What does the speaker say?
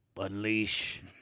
unleash